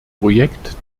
projekt